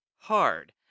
hard